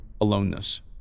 aloneness